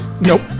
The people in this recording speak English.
Nope